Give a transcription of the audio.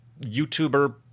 YouTuber